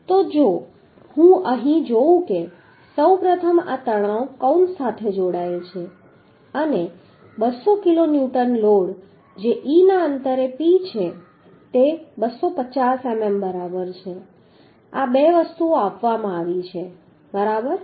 તો જો હું અહીં જોઉં કે સૌ પ્રથમ આ તણાવ કૌંસ સાથે જોડાયેલ છે અને 200 કિલોન્યુટનનો લોડ જે e ના અંતરે P છે તે 250 મીમી બરાબર છે આ બે વસ્તુઓ આપવામાં આવી છે બરાબર